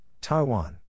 Taiwan